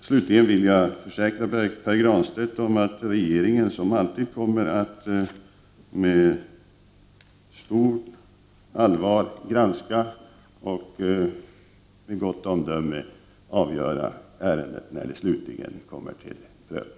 Slutligen vill jag försäkra Pär Granstedt om att regeringen, som alltid, med stort allvar kommer att granska och med gott omdöme avgöra ärendet när det slutligen kommer till prövning.